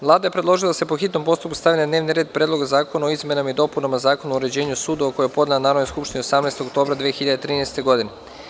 Vlada je predložila da se po hitnom postupku stavi na dnevni red Predlog zakona o izmenama i dopunama Zakona o uređenju sudova, koju je podnela Narodnoj skupštini 18. oktobra 2013. godine.